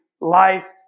life